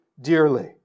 dearly